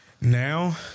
Now